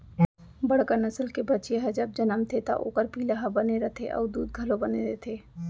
बड़का नसल के बछिया ह जब जनमथे त ओकर पिला हर बने रथे अउ दूद घलौ बने देथे